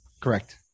Correct